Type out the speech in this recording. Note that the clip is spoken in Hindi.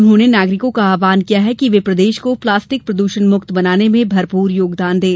उन्होंने नागरिकों का आव्हान किया है कि वे प्रदेश को प्लास्टिक प्रदूषण मुक्त बनाने में भरपूर योगदान दें